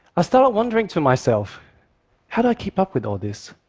i started wondering to myself how do i keep up with all this?